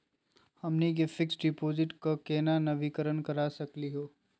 हमनी के fix deposit क केना नवीनीकरण करा सकली हो?